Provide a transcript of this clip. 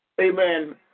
Amen